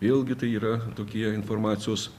vėlgi tai yra tokie informacijos